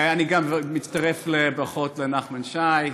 אני גם מצטרף לברכות לנחמן שי.